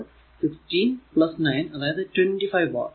അപ്പോൾ 16 9 അതായതു 25 വാട്ട്